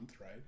right